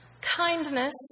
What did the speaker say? kindness